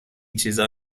چیزا